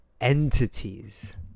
entities